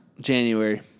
January